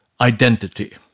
identity